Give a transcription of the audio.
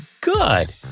Good